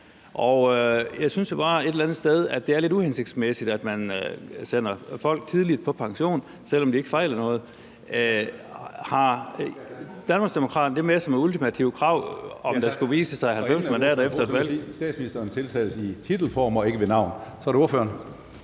andet sted, at det er lidt uhensigtsmæssigt, at man sender folk tidligt på pension, selv om de ikke fejler noget. Har Danmarksdemokraterne det med som ultimativt krav, hvis der skulle vise sig at være 90 mandater efter et valg?